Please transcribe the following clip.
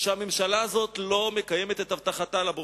שהממשלה הזאת לא מקיימת את הבטחתה לבוחר.